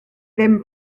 ddim